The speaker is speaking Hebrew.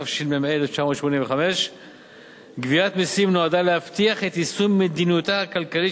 התשמ"ה 1985. גביית מסים נועדה להבטיח את יישום מדיניותה הכלכלית